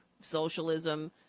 Socialism